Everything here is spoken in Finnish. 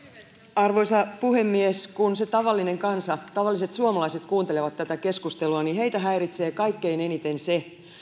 arvoisa puhemies kun se tavallinen kansa tavalliset suomalaiset kuuntelee tätä keskustelua niin heitä häiritsee kaikkein eniten se